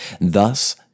thus